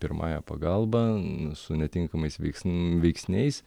pirmąja pagalba su netinkamais veiksn veiksniais